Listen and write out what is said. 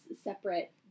separate